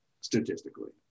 statistically